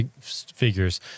figures